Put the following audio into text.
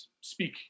speak